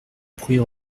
bruit